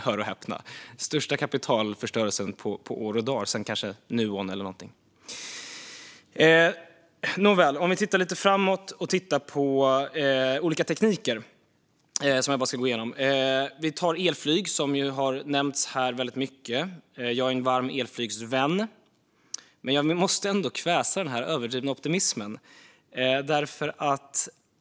Det vore ju den största kapitalförstörelsen på år och dag - kanske sedan Nuon eller någonting ditåt. Nåväl - vi kan se lite framåt och titta på olika tekniker. Vi har elflyg, vilket har nämnts här väldigt mycket. Jag är en varm elflygsvän, men jag måste ändå kväsa den överdrivna optimismen.